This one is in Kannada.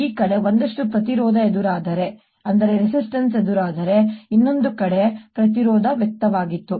ಈ ಕಡೆ ಒಂದಷ್ಟು ಪ್ರತಿರೋಧ ಎದುರಾದರೆ ಇನ್ನೊಂದು ಕಡೆ ಪ್ರತಿರೋಧ ವ್ಯಕ್ತವಾಗಿತ್ತು